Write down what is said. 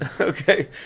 Okay